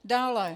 Dále.